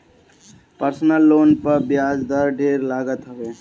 personal loan पर बियाज दर ढेर लागत हवे